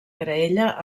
graella